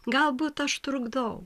galbūt aš trukdau